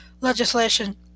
legislation